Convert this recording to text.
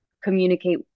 communicate